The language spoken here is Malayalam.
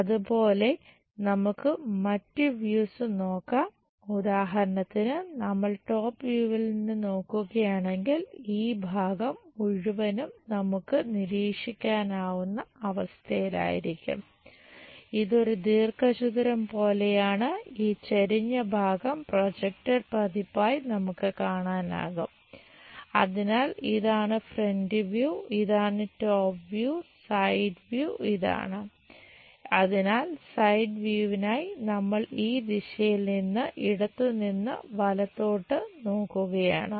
അതുപോലെ നമുക്ക് മറ്റ് വ്യൂസ് നമ്മൾ ഈ ദിശയിൽ നിന്ന് ഇടത്തുനിന്ന് വലത്തോട്ട് നോക്കുകയാണ്